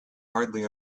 hardly